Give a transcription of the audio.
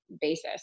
basis